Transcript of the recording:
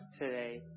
today